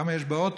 כמה יש באוטובוס,